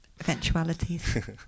eventualities